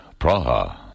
Praha